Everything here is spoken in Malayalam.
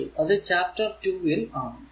2 അത് ചാപ്റ്റർ 2ൽ ആണ്